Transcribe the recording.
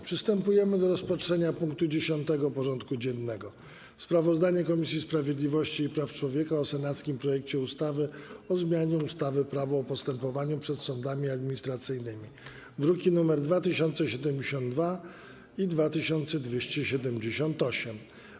Przystępujemy do rozpatrzenia punktu 10. porządku dziennego: Sprawozdanie Komisji Sprawiedliwości i Praw Człowieka o senackim projekcie ustawy o zmianie ustawy - Prawo o postępowaniu przed sądami administracyjnymi (druki nr 2072 i 2278)